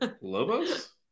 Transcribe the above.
Lobos